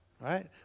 Right